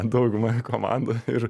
dauguma komandoj ir